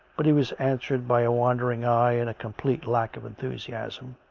but he was answered by a wander ing eye and a complete lack of enthusiasm.